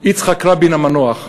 יצחק רבין המנוח,